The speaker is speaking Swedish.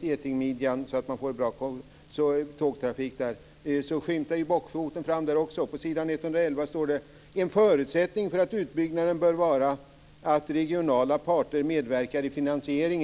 getingmidjan ska byggas ut för att kunna få en bra tågtrafik, skymtar bockfoten fram även där. På s. 111 står det att en förutsättning för utbyggnaden bör vara att regionala parter medverkar i finansieringen.